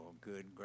good